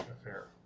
affair